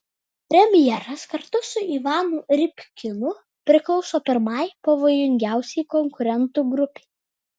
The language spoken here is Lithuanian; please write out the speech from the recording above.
premjeras kartu su ivanu rybkinu priklauso pirmai pavojingiausiai konkurentų grupei